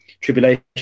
Tribulation